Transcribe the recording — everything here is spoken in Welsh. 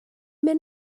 mynd